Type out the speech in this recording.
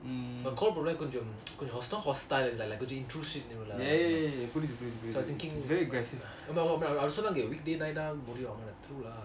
ya ya ya ya புரிந்து புரிந்து புரிந்து:purithu purithu purithu very aggressive